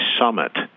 summit